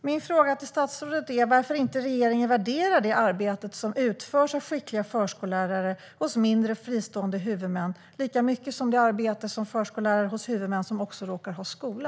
Min fråga till statsrådet är: Varför värderar inte regeringen det arbete som utförs av skickliga förskollärare hos mindre fristående huvudmän lika mycket som det arbete som förskollärare hos huvudmän som också råkar ha skola?